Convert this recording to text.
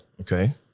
Okay